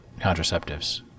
contraceptives